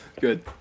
Good